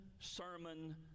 sermon